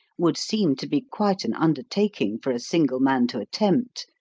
would seem to be quite an undertaking for a single man to attempt,